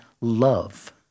love